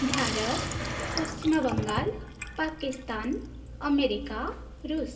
Bharata Paschimbangal Pakistan America रुस्